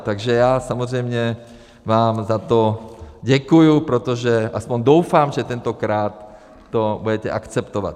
Takže já samozřejmě vám za to děkuji, protože, aspoň doufám, že tentokrát to budete akceptovat.